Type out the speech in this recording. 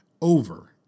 Over